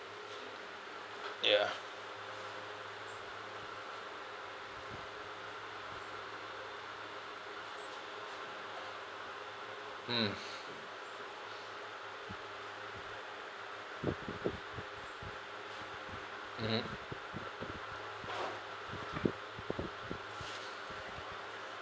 ya mm mmhmm